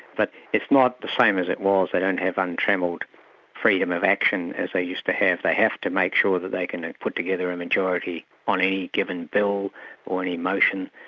but it's not the same as it was, they don't have untrammelled freedom of action as they used to have they have to make sure that they can put together a majority on any given bill or any motion,